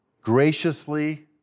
graciously